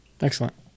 excellent